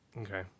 Okay